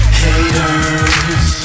haters